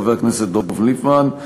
חבר הכנסת דב ליפמן,